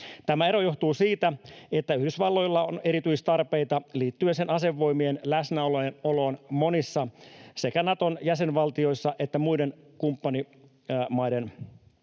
Tämä ero johtuu siitä, että Yhdysvalloilla on erityistarpeita liittyen sen asevoimien läsnäoloon monissa sekä Naton jäsenvaltioissa että muiden kumppanimaiden alueilla.